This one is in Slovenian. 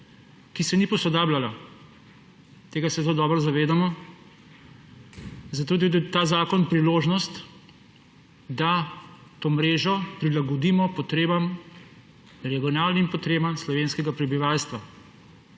ki se ni posodabljala. Tega se zelo dobro zavedamo, zato je tudi ta zakon priložnost, da to mrežo prilagodimo regionalnim potrebam slovenskega prebivalstva